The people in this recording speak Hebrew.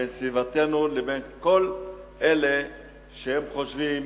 בין סביבתנו לבין כל אלה שחושבים